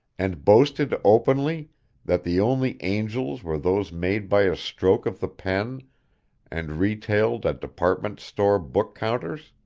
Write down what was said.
and boasted openly that the only angels were those made by a stroke of the pen and retailed at department store book-counters?